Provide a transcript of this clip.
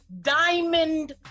diamond